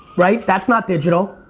right? that's not digital.